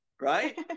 Right